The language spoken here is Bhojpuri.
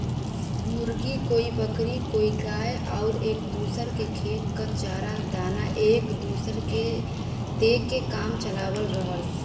मुर्गी, कोई बकरी कोई गाय आउर एक दूसर के खेत क चारा दाना एक दूसर के दे के काम चलावत रहल